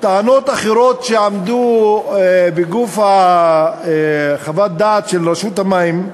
טענות אחרות שעמדו בגוף חוות הדעת של רשות המים,